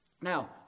Now